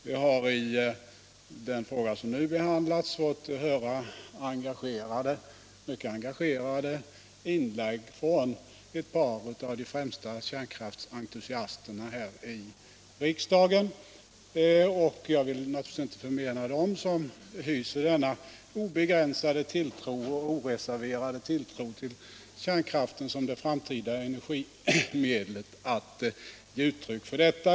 Vi har i den fråga som nu behandlas fått höra mycket engagerade inlägg från ett par av de främsta kärnkraftsentusiasterna i riksdagen. Jag vill naturligtvis inte förmena dem som hyser obegränsad och oreserverad tilltro till kärnkraften som den framtida energikällan att ge uttryck för detta.